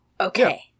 okay